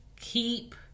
keep